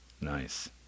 Nice